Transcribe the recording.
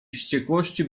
wściekłości